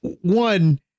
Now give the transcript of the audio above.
One